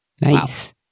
Nice